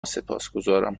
سپاسگزارم